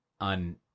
on